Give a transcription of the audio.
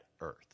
Earth